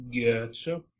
Gotcha